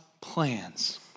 plans